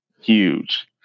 Huge